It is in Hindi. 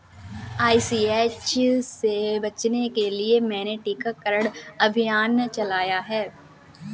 आई.सी.एच से बचने के लिए मैंने टीकाकरण अभियान चलाया है